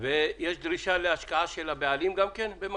יש דרישה להשקעה של הבעלים במקביל?